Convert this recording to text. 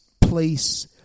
place